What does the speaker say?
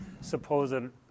supposed